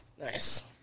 nice